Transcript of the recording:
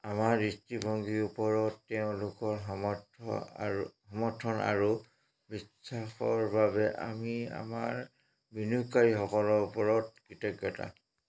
আমাৰ দৃষ্টিভংগীৰ ওপৰত তেওঁলোকৰ সমৰ্থ আৰু সমৰ্থন আৰু বিশ্বাসৰ বাবে আমি আমাৰ বিনিয়োগকাৰীসকলৰ ওপৰত কৃতজ্ঞতা